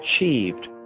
achieved